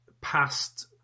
past